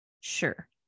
sure